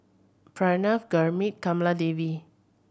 Pranav Gurmeet Kamaladevi